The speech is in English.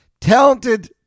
talented